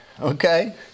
Okay